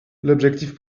l’objectif